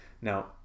Now